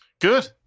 Good